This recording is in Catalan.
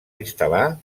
instal·lar